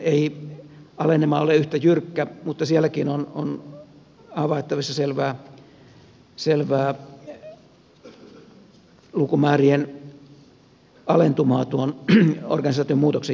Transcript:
ei alenema ole yhtä jyrkkä mutta sielläkin on havaittavissa selvää lukumäärien alentumaa tuon organisaatiomuutoksen johdosta